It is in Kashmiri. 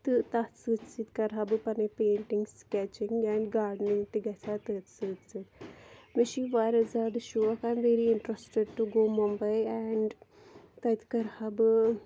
تہٕ تَتھ سۭتۍ سۭتۍ کَرٕہا بہٕ پَنٕنۍ پینٛٹِنٛگ سِکیٚچِنٛگ اینٛڈ گاڈنِنٛگ تہِ گَژھِ ہا تٔتھۍ سۭتۍ سۭتۍ مےٚ چھُ یہِ واریاہ زیادٕ شوق I am very interested to go Mumbai and تَتہِ کَرہا بہٕ